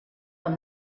amb